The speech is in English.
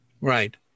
Right